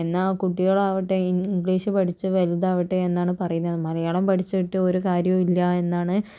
എന്നാൽ കുട്ടികളാകട്ടെ ഇംഗ്ലീഷ് പഠിച്ച് വലുതാവട്ടെ എന്നാണ് പറയുന്നത് മലയാളം പഠിച്ചിട്ട് ഒരു കാര്യവും ഇല്ല എന്നാണ്